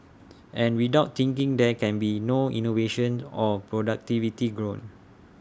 and without thinking there can be no innovation or productivity growing